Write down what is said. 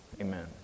Amen